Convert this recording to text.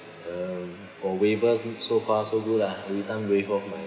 uh oh waivers so far so good lah every time waive off my